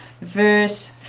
verse